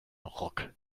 ruck